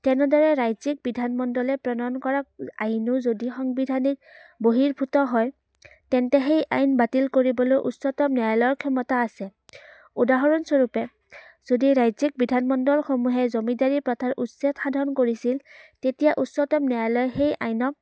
তেনেদৰে ৰাজ্যিক বিধানমণ্ডলে প্ৰণয়ন কৰা আইনো যদি সংবিধানিক হয় তেন্তে সেই আইন বাতিল কৰিবলৈ উচ্চতম ন্যায়ালয়ৰ ক্ষমতা আছে উদাহৰণস্বৰূপে যদি ৰাজ্যিক বিধানমণ্ডলসমূহে জমিদাৰী প্ৰথাৰ উচ্ছেদ সাধন কৰিছিল তেতিয়া উচ্চতম ন্যায়ালয় সেই আইনক